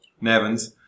Nevins